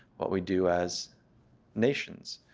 what we do as nations.